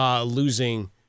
losing